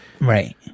Right